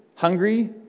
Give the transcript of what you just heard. Hungry